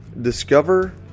discover